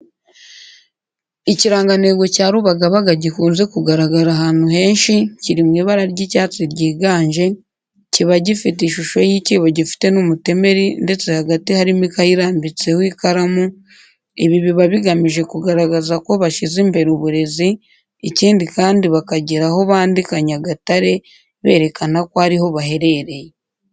Ikirangantego cya Rubagabaga gikunze kugaragara ahantu henshi kiri mu ibara ry'icyatsi ryiganje, kiba gifite ishusho y'icyibo gifite n'umutemeri ndetse hagati harimo ikayi irambitseho ikaramu, ibi biba bigamije kugaragaza ko bashyize imbere uburezi, ikindi kandi bakagira aho bandika Nyagatare, berekana ko ari ho baherereye.